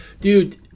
Dude